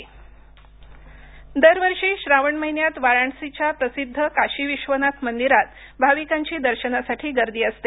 काशी प्रसाद दरवर्षी श्रावण महिन्यात वाराणसीच्या प्रसिद्ध काशी विश्वनाथ मंदिरात भाविकांची दर्शनासाठी गर्दी असते